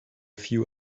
few